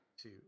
Two